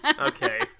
okay